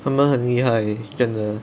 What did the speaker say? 他们很厉害真的